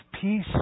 peace